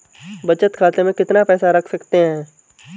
बचत खाते में कितना पैसा रख सकते हैं?